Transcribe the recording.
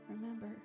remember